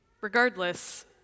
Regardless